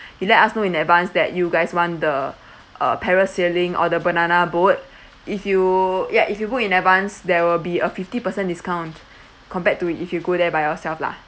you let us know in advance that you guys want the uh parasailing or the banana boat if you ya if you book in advance there will be a fifty percent discount compared to if you go there by yourself lah